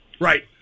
Right